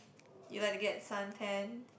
you like to get sun tan